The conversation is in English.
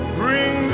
bring